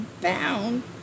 bound